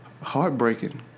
heartbreaking